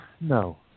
No